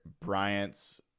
Bryant's